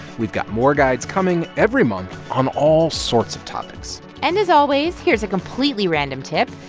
we've got more guides coming every month on all sorts of topics and as always, here's a completely random tip,